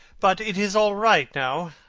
but it is all right now.